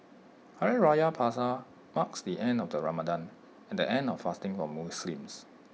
Hari Raya Puasa marks the end of Ramadan and the end of fasting for Muslims